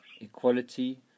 equality